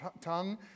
tongue